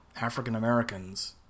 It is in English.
African-Americans